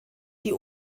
die